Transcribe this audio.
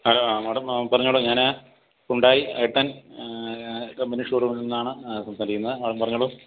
hello ആ madam പറഞ്ഞോളൂ ഞാൻ Hyundai i ten company show റൂമിൽ നിന്നാണ് സംസാരിക്കുന്നത് പറഞ്ഞോളൂ